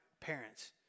parents